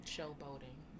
Showboating